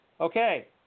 Okay